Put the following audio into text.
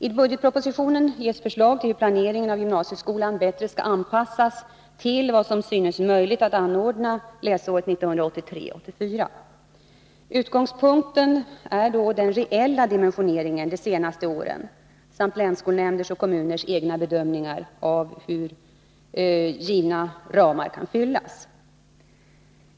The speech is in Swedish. I budgetpropositionen ges förslag till hur planeringen av gymnasieskolan bättre skall anpassas till vad som synes möjligt att anordna läsåret 1983/84. Utgångspunkt är den reella dimensioneringen de senaste åren samt länsskolnämnders och kommuners egna bedömningar av hur givna ramar kan fyllas.